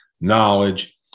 knowledge